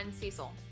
Cecil